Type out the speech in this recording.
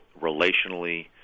relationally